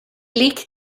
liegt